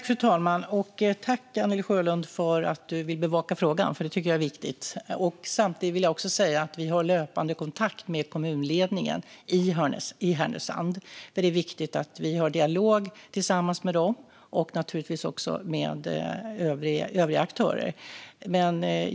Fru talman! Tack, Anne-Li Sjölund, för att du vill bevaka frågan! Det tycker jag är viktigt. Samtidigt vill jag säga att vi har löpande kontakt med kommunledningen i Härnösand. Det är viktigt att vi har en dialog med den och naturligtvis också med övriga aktörer.